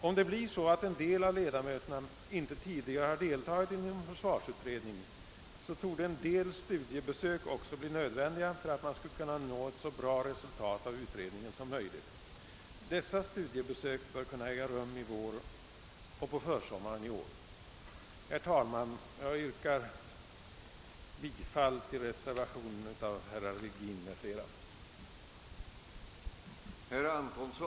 Om en del av ledamöterna inte tidigare har deltagit i någon försvarsutredning, torde en del studiebesök också bli nödvändiga för att man i utredningen skall kunna nå ett så bra resultat som möjligt. Dessa studiebesök bör kunna äga rum på våren och försommaren i år. Herr talman! Jag yrkar bifall till reservationen av herr Virgin m.fl.